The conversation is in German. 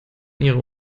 ihre